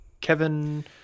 kevin